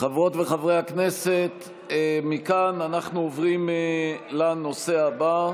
חברות וחברי הכנסת, מכאן אנחנו עוברים לנושא הבא,